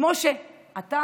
כמו שאתה,